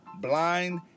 blind